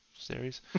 series